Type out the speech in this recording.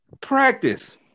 Practice